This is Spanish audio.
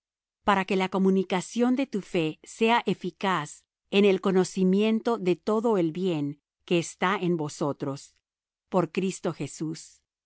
para que la comunicación de tu fe sea eficaz en el conocimiento de todo el bien que está en vosotros por cristo jesús